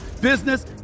business